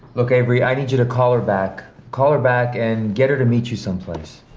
look, avery, i need you to call her back. call her back and get her to meet you someplace.